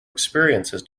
experiences